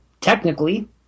Technically